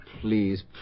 Please